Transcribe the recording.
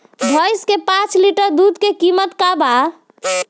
भईस के पांच लीटर दुध के कीमत का बा?